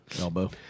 Elbow